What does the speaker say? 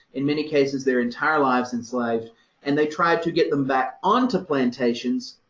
in many cases, their entire lives enslaved and they tried to get them back onto plantations,